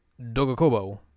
Dogokobo